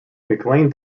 mclean